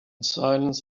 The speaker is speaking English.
silence